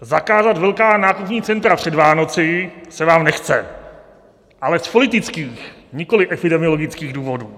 Zakázat velká nákupní centra před Vánocemi se vám nechce, ale z politických, nikoliv epidemiologických důvodů.